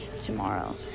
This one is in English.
tomorrow